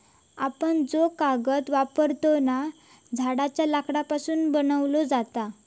आपण जो कागद वापरतव ना, झाडांच्या लाकडापासून बनवलो जाता